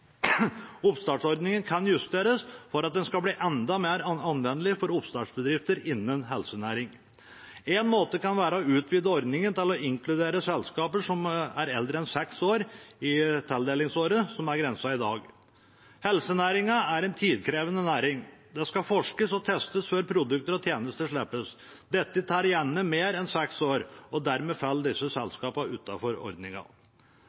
oppstartsordningen kan justeres for at den skal bli enda mer anvendelig for oppstartsbedrifter innen helsenæring. En måte kan være å utvide ordningen til å inkludere selskaper som er eldre enn seks år i tildelingsåret, som er grensen i dag. Helsenæringen er en tidkrevende næring – det skal forskes og testes før produkter og tjenester slippes. Dette tar gjerne mer enn seks år, og dermed faller disse